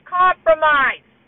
compromise